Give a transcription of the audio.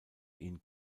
ihn